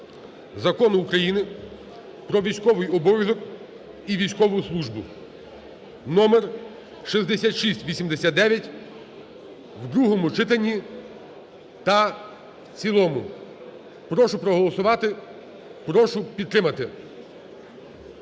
Закону України "Про військовий обов'язок і військову службу" (№ 6689) в другому читанні та в цілому. Прошу проголосувати, прошу підтримати.